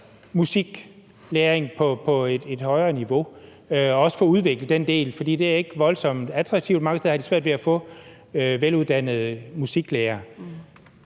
musiklæring til et højere niveau; også for at udvikle den del, for det er ikke voldsomt attraktivt. Mange steder har de svært ved at få veluddannede musiklærere.